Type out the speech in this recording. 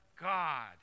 God